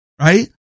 right